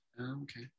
Okay